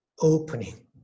opening